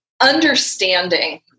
understanding